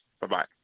Bye-bye